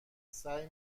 سعی